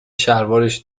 شلوارش